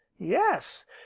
Yes